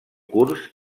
curs